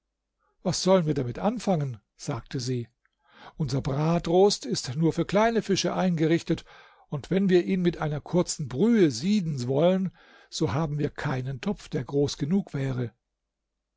was sollen wir damit anfangen sagte sie unser bratrost ist nur für kleine fische eingerichtet und wenn wir ihn mit einer kurzen brühe sieden wollen so haben wir keinen topf der groß genug wäre